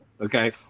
Okay